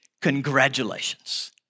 Congratulations